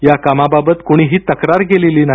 या कामाबाबत कोणीही तक्रार केलेली नाही